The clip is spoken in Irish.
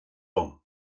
dom